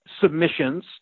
submissions